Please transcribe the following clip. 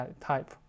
type